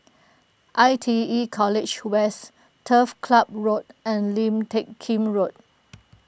I T E College West Turf Ciub Road and Lim Teck Kim Road